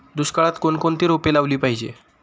दुष्काळात कोणकोणती रोपे लावली पाहिजे?